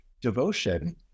Devotion